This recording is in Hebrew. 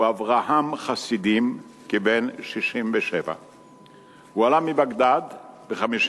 הוא אברהם חסידים, כבן 67. הוא עלה מבגדד ב-1951,